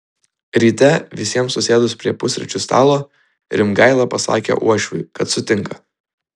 ryte visiems susėdus prie pusryčių stalo rimgaila pasakė uošviui kad sutinka